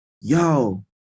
yo